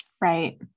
Right